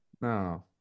no